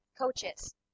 coaches